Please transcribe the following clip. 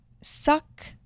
suck